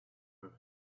were